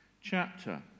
chapter